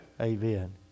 Amen